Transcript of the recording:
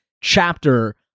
chapter